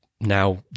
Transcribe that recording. now